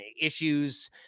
issues